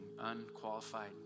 unqualified